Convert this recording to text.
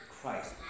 Christ